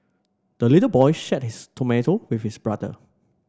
the little boy shared his tomato with his brother